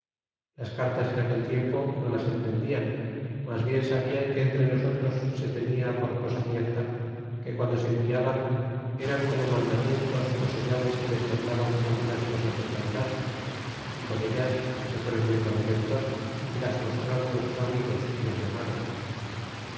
las cartas en aquel tiempo no las entendian mas bien sabian que entre nosotros se tenia por cosa cierta que guando se enviaban eran como mandamientos señales que les mandaban algunas cosas de calidad é con ellas se fueron muy contentos y las mostrron sus amigos y los llarnron